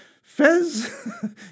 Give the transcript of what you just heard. Fez